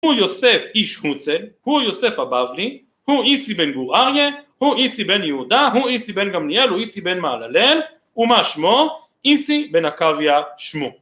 הוא יוסף איש הוצל, הוא יוסף הבבלי, הוא איסי בן גור אריה, הוא איסי בן יהודה, הוא איסי בן גמליאל, הוא איסי בן מהללאל. ומה שמו? איסי בן עקביה שמו.